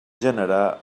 generar